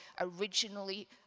originally